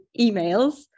emails